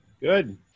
Good